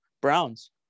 Browns